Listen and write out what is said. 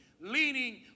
leaning